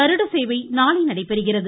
கருட சேவை நாளை நடைபெறுகிறது